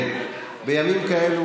בימים כאלה,